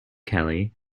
kelly